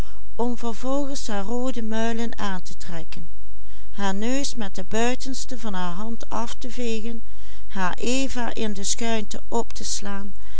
neus met het buitenste van haar hand af te vegen haar eva in de schuinte op te slaan